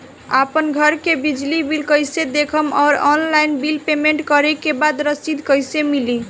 आपन घर के बिजली बिल कईसे देखम् और ऑनलाइन बिल पेमेंट करे के बाद रसीद कईसे मिली?